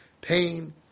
pain